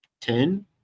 Ten